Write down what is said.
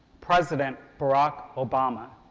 president barack obama.